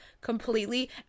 completely